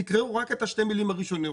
תיקראו רק את שתי המילים הראשונות.